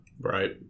Right